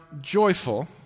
joyful